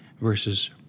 versus